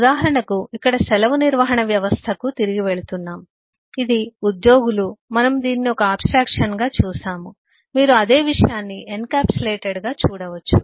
ఉదాహరణకు ఇక్కడ సెలవు నిర్వహణ వ్యవస్థకు తిరిగి వెళుతున్నాం ఇది ఉద్యోగులు మనము దీనిని ఒక ఆబ్స్ట్రాక్షన్ గా చూశాము మీరు అదే విషయాన్ని ఎన్క్యాప్సులేటెడ్ గా చూడవచ్చు